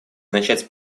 начать